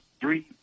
three